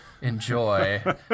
enjoy